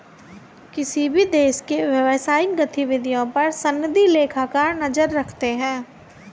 किसी भी देश की व्यवसायिक गतिविधियों पर सनदी लेखाकार नजर रखते हैं